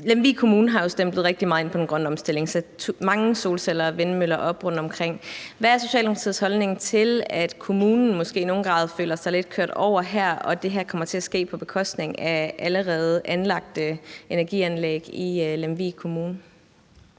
Lemvig Kommune har jo stemplet rigtig meget ind på den grønne omstilling og har sat mange solceller og vindmøller op rundtomkring. Hvad er Socialdemokratiets holdning til, at kommunen måske i nogen grad føler sig lidt kørt over her, og at det her kommer til at ske på bekostning af allerede anlagte energianlæg i Lemvig Kommune?